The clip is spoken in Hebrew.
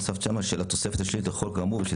הוספת שם "של התוספת השלישית לחוק האמור ושל